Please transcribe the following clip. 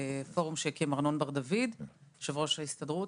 זה פורום שהקים ארנון בן דוד יושב ראש ההסתדרות,